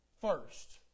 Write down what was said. first